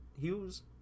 Hughes